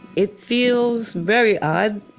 it feels very odd.